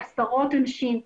עם עשרות אנשים,